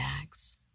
bags